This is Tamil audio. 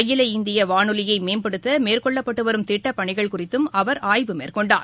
அகில இந்திய வானொலியை மேம்படுத்த மேற்கொள்ளப்பட்டுவரும் திட்டப்பணிகள் குறித்து அவர் ஆய்வு மேற்கொண்டார்